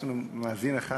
יש לנו מאזין אחד.